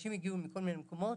אנשים הגיעו מכל מיני מקומות,